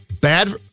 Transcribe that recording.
bad